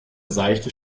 seichte